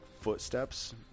footsteps